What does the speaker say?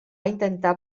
intentar